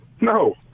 No